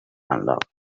unlocked